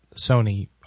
Sony